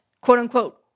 quote-unquote